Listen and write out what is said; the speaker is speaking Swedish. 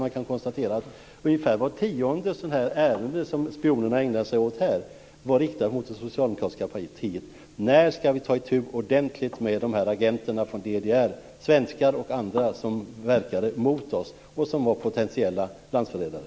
Man kan konstatera att ungefär vart tionde ärende som spionerna ägnade sig åt var riktat mot det socialdemokratiska partiet. När ska vi ta itu ordentligt med de här agenterna från DDR, svenskar och andra som verkade mot oss och som var potentiella landsförrädare?